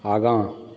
आगाँ